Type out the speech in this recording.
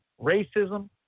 racism